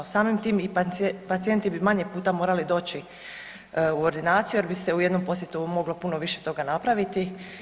Samim tim i pacijenti bi manje puta morali doći u ordinaciju jer bi se u jednom posjetu moglo puno više toga napraviti.